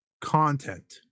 content